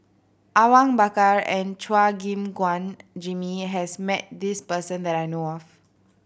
Awang Bakar and Chua Gim Guan Jimmy has met this person that I know of